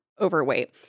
overweight